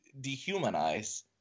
dehumanize